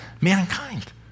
mankind